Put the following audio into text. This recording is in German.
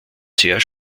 sehr